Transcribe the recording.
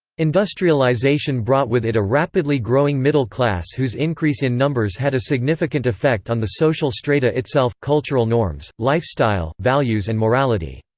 industrialisation brought with it a rapidly growing middle class whose increase in numbers had a significant effect on the social strata itself cultural norms, lifestyle, values and morality.